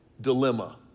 dilemma